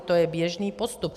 To je běžný postup.